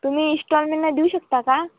तुम्ही इस्टॉलमेंटला देऊ शकता का